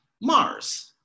Mars